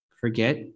forget